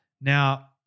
Now